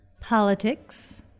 Politics